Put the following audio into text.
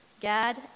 Gad